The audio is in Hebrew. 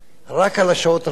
רק על השעות הנוספות.